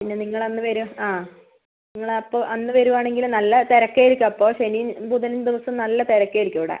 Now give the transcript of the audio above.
പിന്നെ നിങ്ങൾ എന്ന് വരും ആ നിങ്ങൾ അപ്പോൾ അന്ന് വരുവാണെങ്കിൽ നല്ല തിരക്കായിരിക്കും അപ്പോൾ ശനിയും ബുധനും ദിവസം നല്ല തിരക്കായിരിക്കും ഇവിടെ